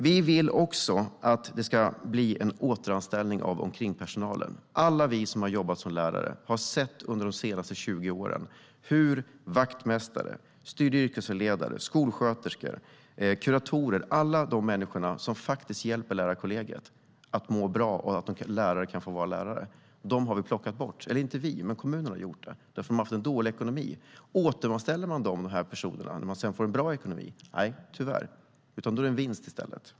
Vi vill också att det ska bli en återanställning av omkringpersonalen. Alla vi som har jobbat som lärare har under de senaste 20 åren sett hur vaktmästare, studie och yrkesvägledare, skolsköterskor och kuratorer - alla de människor som faktiskt hjälper lärarkollegiet att må bra och göra så att lärare får vara lärare - har plockats bort av kommunerna, för att de har haft så dålig ekonomi. Återanställer man de personerna när kommunerna sedan får bra ekonomi? Nej, tyvärr inte, utan då är det en vinst i stället.